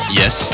yes